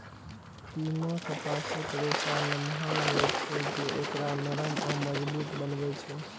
पीमा कपासक रेशा नमहर होइ छै, जे एकरा नरम आ मजबूत बनबै छै